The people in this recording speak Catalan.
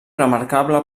remarcable